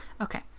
Okay